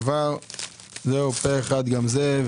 הצבעה עבר פה אחד גם זה.